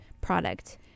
product